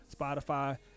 Spotify